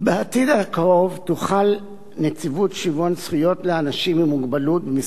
בעתיד הקרוב תוכל נציבות שוויון זכויות לאנשים עם מוגבלות במשרד